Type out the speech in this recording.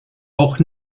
auch